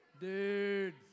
dude